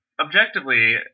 objectively